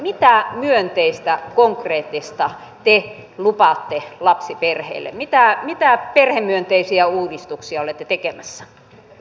mitä myönteistä konkreettista te lupaatte lapsiperheille mitä perhemyönteisiä uudistuksia olette tekemässä